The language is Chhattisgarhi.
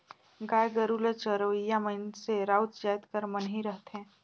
गाय गरू ल चरोइया मइनसे राउत जाएत कर मन ही रहथें